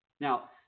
Now